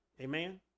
amen